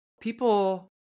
people